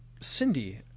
Cindy